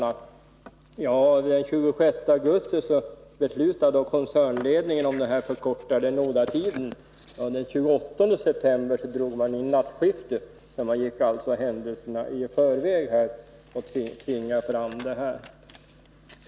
Jag vill påpeka 27 november 1981 att koncernledningen den 26 augusti fattade beslut om den förkortade nådatiden. Den 28 september drog man in nattskiftet. Man gick alltså Om SSAB:s verkhändelserna i förväg och tvingade fram en nedskärning.